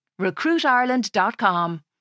RecruitIreland.com